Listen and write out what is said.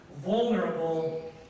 vulnerable